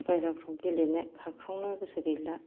बाइहेराफ्राव गेलेनो खारख्रावनो गोसो गैला